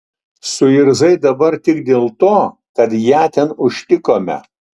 suirzai dabar tik dėl to kad ją ten užtikome